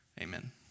Amen